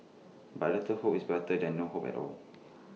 but A little hope is better than no hope at all